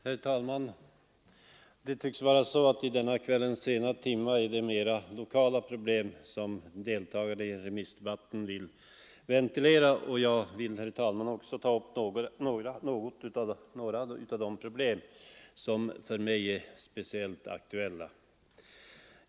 Herr talman! Det tycks vara så att i denna kvällens sena timme är det mera lokala problem som deltagarna i remissdebatten vill ventilera. Jag skall också, herr talman, ta upp några av de problem som är speciellt aktuella för mig.